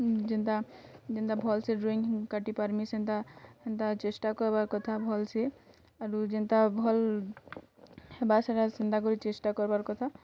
ଯେନ୍ତା ଯିନ୍ତା ଭଲ୍ସେ ଡ଼୍ରଇଁ କାଟିପାରିମିଁ ସେନ୍ତା ସେନ୍ତା ଚେଷ୍ଟା କରିବା କଥା ଭଲ୍ସେ ଆରୁ ଯେନ୍ତା ଭଲ୍ ହେବା ସେଟା ସେନ୍ତାକରି ଚେଷ୍ଟା କରିବାର୍ କଥା